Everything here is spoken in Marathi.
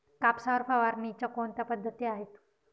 कापसावर फवारणीच्या कोणत्या पद्धती आहेत?